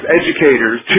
educators